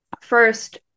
first